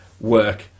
work